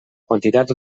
quantitat